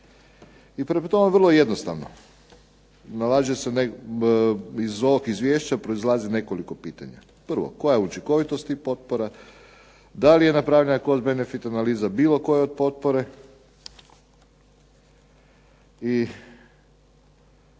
I prema tome vrlo je jednostavno. Iz ovog izvješća proizlazi nekoliko pitanja. Prvo, koja je učinkovitost tih potpora? Da li je napravljena Cost-benefit analiza bilo od koje potpore? I